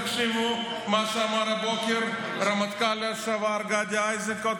תקשיבו למה שאמר הבוקר הרמטכ"ל לשעבר גדי איזנקוט,